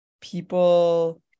people